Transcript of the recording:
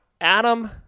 Adam